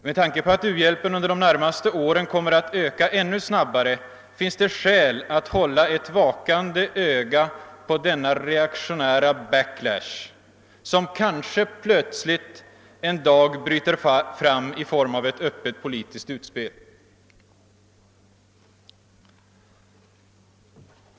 Med tanke på att u-hjälpen under de närmaste åren kommer att öka ännu snabbare, finns det skäl att hålla ett vakande öga på denna reaktionära back-lash, som kanske plötsligt en dag bryter fram i form av ett öppet politiskt utspel.